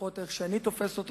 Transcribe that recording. לפחות איך שאני תופס אותו.